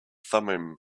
thummim